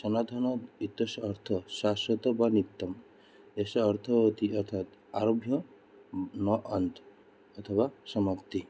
सनातनः इत्यस्य अर्थः शाश्वतः वा नित्यं यस्य अर्थः भवति अर्थात् आरभ्य न अन्तः अथवा समाप्तिः